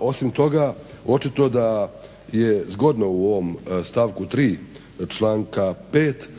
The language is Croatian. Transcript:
Osim toga, očito da je zgodno u ovom stavku 3. članka 5.